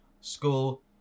school